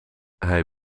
hij